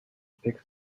pick